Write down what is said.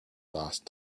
last